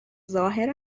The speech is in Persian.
ظاهر